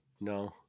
no